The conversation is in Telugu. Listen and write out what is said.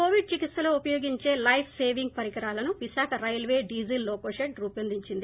కోవిడ్ చికిత్సలో ఉపయోగించే లైఫ్ సేవింగ్ పరికరాలను Visakha railway diesel loco shed రూపొందించింది